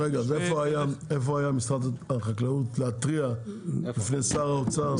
איפה היה משרד החקלאות להתריע בפני שר האוצר?